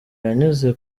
yanyuze